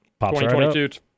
2022